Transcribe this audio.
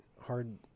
hard